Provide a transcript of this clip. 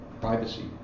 privacy